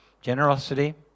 generosity